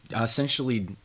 essentially